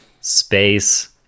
Space